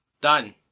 Done